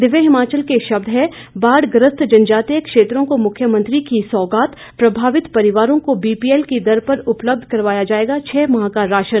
दिव्य हिमाचल के शब्द हैं बाढ़ग्रस्त जनजातीय क्षेत्रों को मुख्यमंत्री की सौगात प्रभावित परिवारों को बीपीएल की दर पर उपलब्ध करवाया जाएगा छह माह का राशन